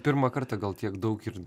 pirmą kartą gal tiek daug ir